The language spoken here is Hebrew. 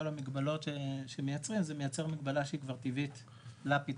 המגבלות שמייצרים זה מייצר מגבלה שהיא כבר טבעית לפתרון.